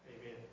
Amen